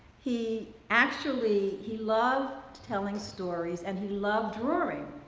he actually he loved telling stories and he loved drawing.